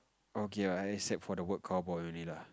okay ah except for the word cowboy only lah